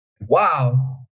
Wow